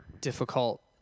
difficult